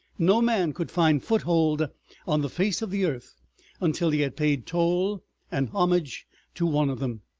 no man could find foothold on the face of the earth until he had paid toll and homage to one of them.